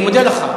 אני מודה לך.